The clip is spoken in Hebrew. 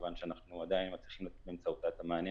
כיוון שאנחנו עדיין מצליחים ליצור את המענה.